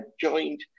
joined